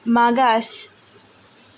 मागास